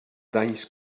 danys